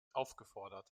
aufgefordert